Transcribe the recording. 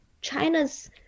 China's